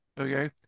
okay